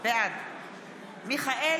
בעד מיכאל